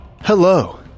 Hello